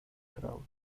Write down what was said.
crowds